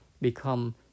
become